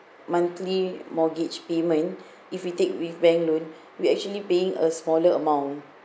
monthly mortgage payment if we take with bank loan we actually paying a smaller amount